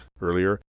earlier